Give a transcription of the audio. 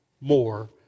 more